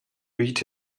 beat